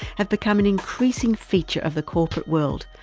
have become an increasing feature of the corporate world,